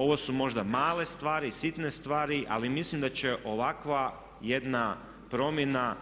Ovo su možda male stvari, sitne stvari ali mislim da će ovakva jedna promjena